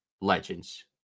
legends